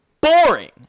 boring